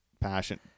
passion